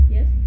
Yes